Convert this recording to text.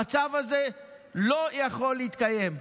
המצב הזה לא יכול להתקיים.